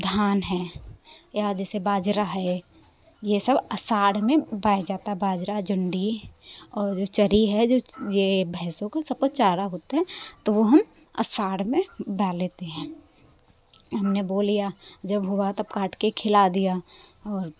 धान हैं जैसे या बाजारा है ये सब आषाढ़ में बा जाता बाजरा जोंडी और जो चरी है ज ये भैंसों का सबका चारा होता है तो वो हम आषाढ़ में बा लेते हैं हमने बो लिया जब हुआ तब काट के खिला दिया और